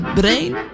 brain